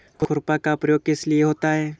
खुरपा का प्रयोग किस लिए होता है?